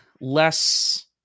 less